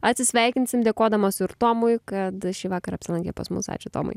atsisveikinsim dėkodamos ir tomui kad šįvakar apsilankė pas mus ačiū tomai